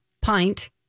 pint